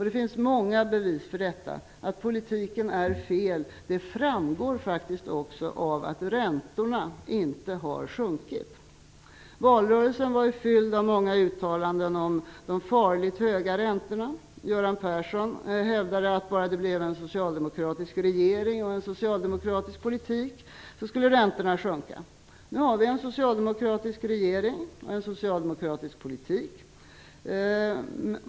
Det finns många bevis för detta. Att politiken är fel framgår faktiskt också av att räntorna inte har sjunkit. Valrörelsen var ju full av uttalanden om "de farligt höga räntorna". Göran Persson hävdade att bara det blev en socialdemokratisk regering och en socialdemokratisk politik, så skulle räntorna sjunka. Nu har vi en socialdemokratisk regering och en socialdemokratisk politik.